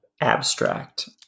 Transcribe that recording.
abstract